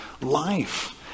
life